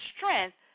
strength